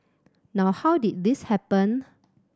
now how did this happen